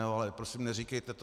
Ale prosím, neříkejte to.